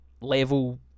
level